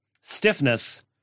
stiffness